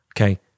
okay